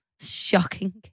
Shocking